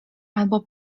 albo